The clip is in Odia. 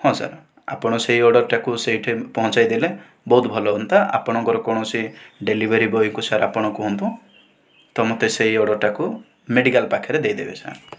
ହଁ ସାର୍ ଆପଣ ସେହି ଅର୍ଡ଼ରଟାକୁ ସେହିଠି ପହଞ୍ଚାଇ ଦେଲେ ବହୁତ ଭଲ ହୁଅନ୍ତା ଆପଣଙ୍କର କୌଣସି ଡେଲିଭରି ବଏକୁ ସାର୍ ଆପଣ କୁହନ୍ତୁ ତ ମୋତେ ସେହି ଅର୍ଡ଼ରଟାକୁ ମେଡ଼ିକାଲ ପାଖରେ ଦେଇଦେବେ ସାର୍